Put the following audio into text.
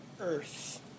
earth